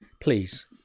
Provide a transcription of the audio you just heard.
Please